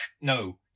no